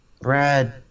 Brad